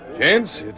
Gents